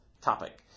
topic